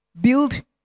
Build